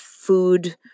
food